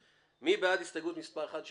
מי בעד הסתייגות מספר 39 של הרשימה המשותפת?